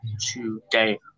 today